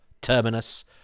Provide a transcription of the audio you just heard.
Terminus